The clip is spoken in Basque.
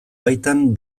baitan